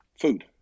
food